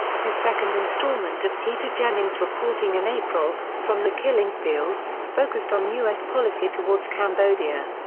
his second installment of peter jennings reporting in april, from the killing fields, focused on u s. policy towards cambodia.